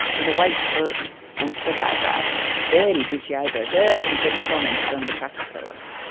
with a white coat and thick eyebrows very bushy eyebrows everybody commented on the caterpillars.